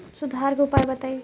सुधार के उपाय बताई?